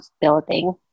building